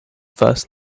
first